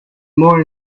more